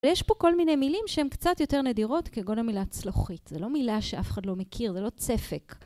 ויש פה כל מיני מילים שהן קצת יותר נדירות כגון המילה צלוחית. זה לא מילה שאף אחד לא מכיר, זה לא צפק.